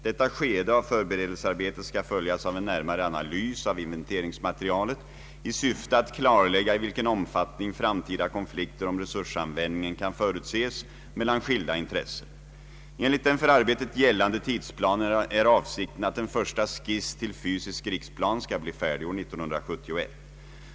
Detta skede av förberedelsearbetet skall följas av en närmare analys av inventeringsmaterialet i syfte att klarlägga i vilken omfattning framtida konflikter om resursanvändningen kan förutses mellan skilda intressen. Enligt den för arbetet gällande tidsplanen är avsikten att en första skiss till fysisk riksplan skall bli färdig år 1971.